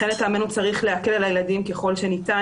לכן לטעמנו צריך להקל על הילדים ככל שניתן,